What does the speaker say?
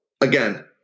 again